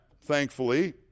thankfully